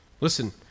Listen